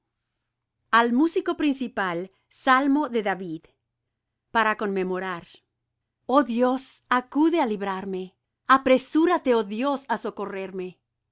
al músico principal salmo de david para conmemorar oh dios acude á librarme apresúrate oh dios á socorrerme